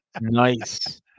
nice